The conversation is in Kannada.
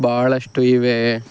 ಬಹಳಷ್ಟು ಇವೆ